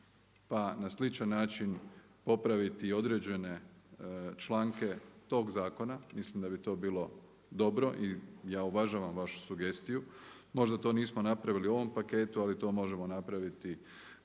pa na sličan način popraviti i određene članke tog zakona, mislim da bi to bilo dobro i ja uvažavam vašu sugestiju. Možda to nismo napravili u ovom paketu ali to možemo napraviti